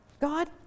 God